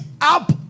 up